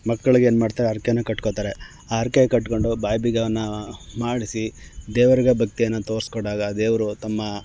ಮಕ್ಳಿಗೆ ಏನು ಮಾಡ್ತಾರೆ ಹರ್ಕೆನ ಕಟ್ಕೊಳ್ತಾರೆ ಆ ಹರ್ಕೆ ಕಟ್ಕೊಂಡು ಬಾಯಿ ಬೀಗವನ್ನು ಮಾಡಿಸಿ ದೇವರಿಗೆ ಭಕ್ತಿಯನ್ನ ತೋರ್ಸ್ಸ್ಕೊಡ್ವಾಗ ಆ ದೇವರು ತಮ್ಮ